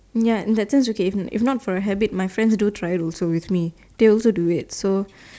ya in that sense okay if if not for a habit my friend they will try it also with me they also do it so